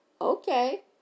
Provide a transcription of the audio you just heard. Okay